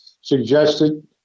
suggested